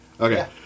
Okay